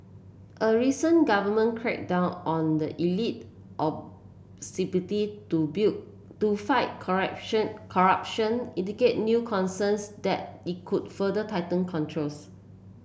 a recent government crackdown on the elite ostensibly to bill to fight correction corruption new concerns that it could further tighten controls